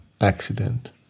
accident